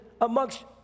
amongst